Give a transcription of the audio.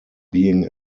being